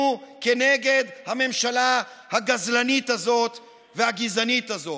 כנגד הממשלה הגזלנית הזאת והגזענית הזאת.